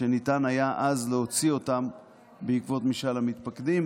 שניתן היה אז להוציא אותם בעקבות משאל המתפקדים,